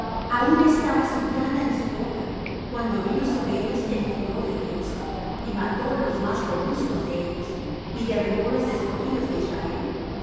aun estaba su vianda en su boca cuando vino sobre ellos el furor de dios y mató los más robustos de ellos y derribo los escogidos de israel